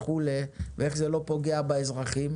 איך זה לא פוגע באזרחים.